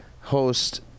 host